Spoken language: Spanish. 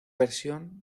versión